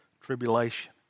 tribulation